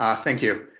ah thank you.